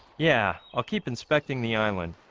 yeah, i'll keep inspecting the island